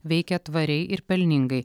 veikia tvariai ir pelningai